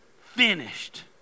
finished